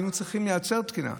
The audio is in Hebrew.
היינו צריכים לייצר תקינה.